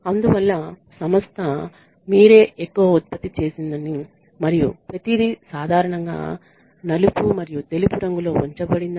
మీ వల్లే సంస్థ ఎక్కువ ఉత్పత్తి చేసిందని మీరు భావిస్తారు మరియు ప్రతిదీ సాధారణంగా నలుపు మరియు తెలుపు రంగులో ఉంచబడాలి